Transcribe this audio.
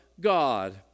God